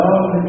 love